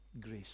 grace